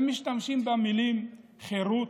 הם משתמשים במילים "חירות",